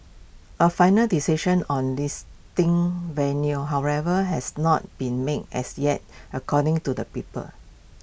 A final decision on this ding venue however has not been made as yet according to the people